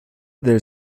del